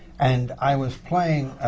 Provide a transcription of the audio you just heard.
and i was playing